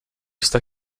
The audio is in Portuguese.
está